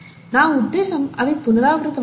నా ఉద్దేశ్యం అవి పునరావృతమవుతాయి